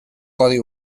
codi